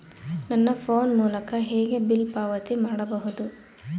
ನನ್ನ ಫೋನ್ ಮೂಲಕ ಹೇಗೆ ಬಿಲ್ ಪಾವತಿ ಮಾಡಬಹುದು?